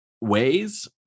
ways